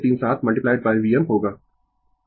Vm voltage की peak value है